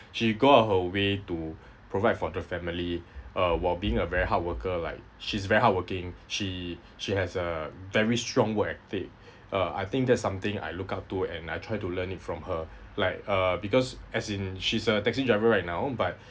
she got her way to provide for the family uh while being a very hard worker like she's very hardworking she she has a very strong work ethic uh I think that's something I look up to and I try to learn from her like uh because as in she's a taxi driver right now but